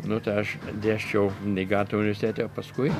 nu tai aš dėsčiau nigato universitete o paskui